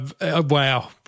Wow